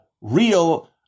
real